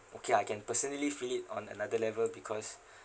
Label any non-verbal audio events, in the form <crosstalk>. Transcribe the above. okay I can personally feel it on another level because <breath>